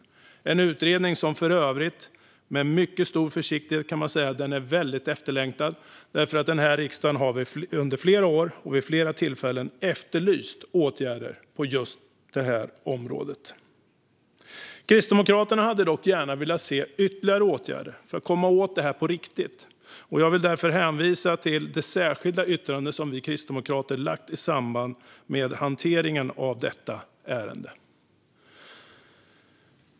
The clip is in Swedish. Det är för övrigt en utredning som man med mycket stor försiktighet kan säga är efterlängtad, för riksdagen har under flera år och vid flera tillfällen efterlyst åtgärder på just detta område. Kristdemokraterna hade dock gärna sett ytterligare åtgärder för att komma åt detta på riktigt. Jag vill därför hänvisa till det särskilda yttrande som vi kristdemokrater lagt fram i samband med hanteringen av detta ärende.